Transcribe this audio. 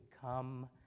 come